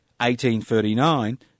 1839